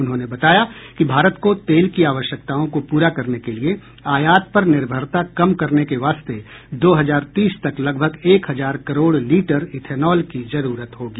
उन्होंने बताया कि भारत को तेल की आवश्यकताओं को पूरा करने के लिए आयात पर निर्भरता कम करने के वास्ते दो हजार तीस तक लगभग एक हजार करोड़ लीटर इथेनॉल की जरूरत होगी